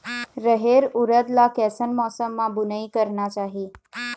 रहेर उरद ला कैसन मौसम मा बुनई करना चाही?